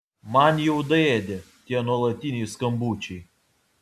man jau daėdė tie nuolatiniai skambučiai